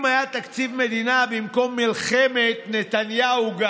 אם היה תקציב מדינה במקום מלחמת נתניהו-גנץ,